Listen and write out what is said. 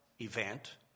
event